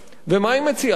ומה היא מציעה לנו?